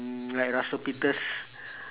mm like russell-peters